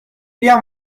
بیا